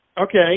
Okay